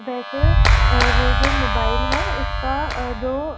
वैसे वह जो मोबाइल है उसका जो